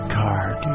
card